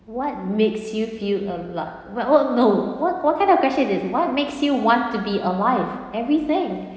what makes you feel a lot well what no what what kind of question is this what makes you want to be alive everything